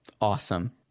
Awesome